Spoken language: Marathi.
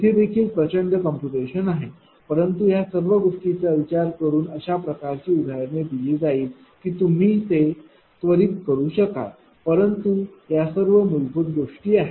येथे देखील प्रचंड काम्प्यटैशन आहे परंतु या सर्व गोष्टींबद्दल विचार करून अशा प्रकारची उदाहरणे दिली जाईल की तुम्ही हे त्वरीत करू शकाल परंतु या सर्व मूलभूत गोष्टी आहेत